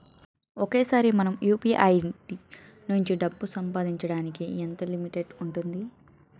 ఒకేసారి మనం యు.పి.ఐ నుంచి డబ్బు పంపడానికి ఎంత లిమిట్ ఉంటుంది?